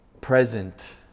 present